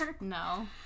No